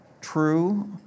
true